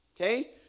Okay